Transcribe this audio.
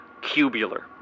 cubular